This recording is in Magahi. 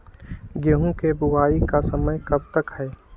गेंहू की बुवाई का समय कब तक है?